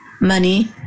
money